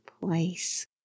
place